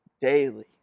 daily